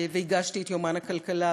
והגשתי את יומן הכלכלה.